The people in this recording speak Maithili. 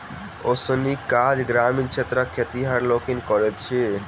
ओसौनीक काज ग्रामीण क्षेत्रक खेतिहर लोकनि करैत छथि